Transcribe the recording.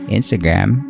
Instagram